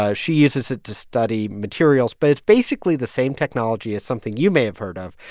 ah she uses it to study materials. but it's basically the same technology as something you may have heard of,